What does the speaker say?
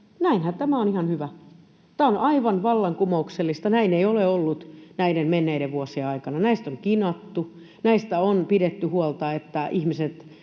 näinhän tämä on ihan hyvä. Tämä on aivan vallankumouksellista, näin ei ole ollut näiden menneiden vuosien aikana. Näistä on kinattu, näistä on pidetty huolta, että ihmiset